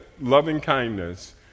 loving-kindness